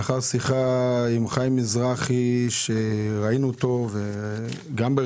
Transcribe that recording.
לאחר שיחה עם חיים מזרחי שראינו אותו בראיונות,